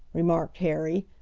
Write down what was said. remarked harry,